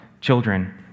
children